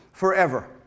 forever